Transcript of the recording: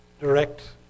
direct